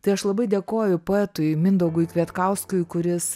tai aš labai dėkoju poetui mindaugui kvietkauskui kuris